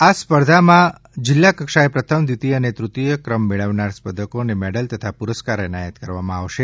આ ચિત્ર સ્પર્ધામાં જિલ્લામાં પ્રથમ દ્વિતિય અને તૃતિય ક્રમ મેળવનાર સ્પર્ધકોને મેડલ તથા પુરસ્કાર એનાયત કરવામાં આવશે